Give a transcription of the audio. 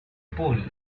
pool